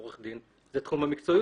הוא עורך דין וזה תחום העיסוק שלו.